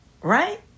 right